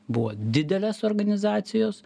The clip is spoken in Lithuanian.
buvo didelės organizacijos